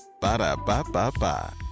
Ba-da-ba-ba-ba